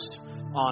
on